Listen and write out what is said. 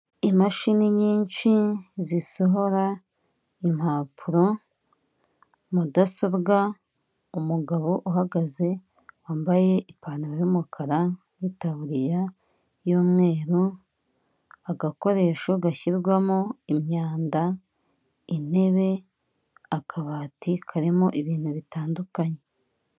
Imashini nyinshi zisohora impapuro, mudasobwa, umugabo uhagaze wambaye ipantaro y'umukara n'itaburiya y'umweru, agakoresho gashyirwamo imyanda, intebe, akabati karimo ibintu bitandukanye.